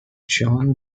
john